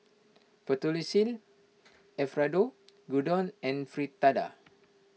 Fettuccine Alfredo Gyudon and Fritada